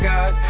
God